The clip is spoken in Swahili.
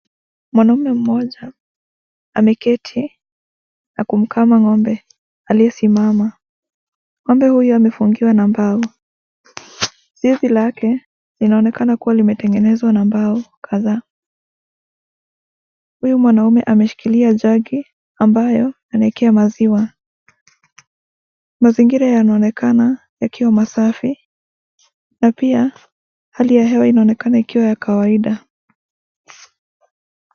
Mwanaume mmoja ameketi na kumkama ng'ombe aliyesimama.Ng'ombe huyu amefungiwa na mbao. Zizi lake inaonekana kuwa limetengenezwa na mbao kadhaa. Huyu mwanaume ameshikilia jagi ambayo anawekea maziwa. Mazingira yanaonekana yakiwa masafi na pia hali ya hewa inaonekana ikiwa ya kawaida.